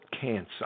cancer